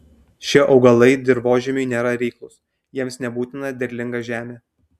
šie augalai dirvožemiui nėra reiklūs jiems nebūtina derlinga žemė